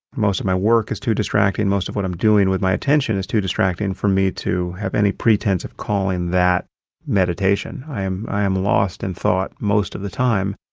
most of my work is too distracting. most of what i'm doing with my attention is too distracting for me to have any pretense of calling that meditation. i am i am lost in and thought most of the time.